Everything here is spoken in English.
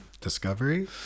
Discovery